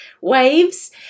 waves